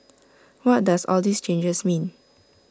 what does all these changes mean